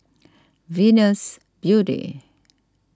Venus Beauty